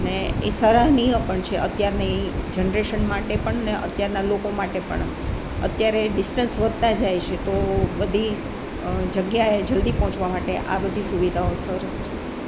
ને એ સરાહનીય પણ છે અત્યારની એ જનરેશન માટે પણ ને અત્યારના લોકો માટે પણ અત્યારે ડિસ્ટન્સ વધતાં જાય છે તો બધી જગ્યાએ જલ્દી પહોંચવા માટે આ બધી સુવિધાઓ સરસ છે